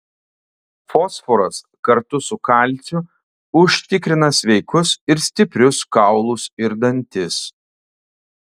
fosforas kartu su kalciu užtikrina sveikus ir stiprius kaulus ir dantis